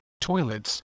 toilets